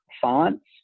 fonts